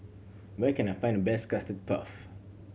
where can I find the best Custard Puff